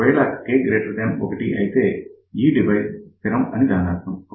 ఒకవేళ K 1 అయితే ఈ డివైస్ స్థిరం అని దాని అర్థం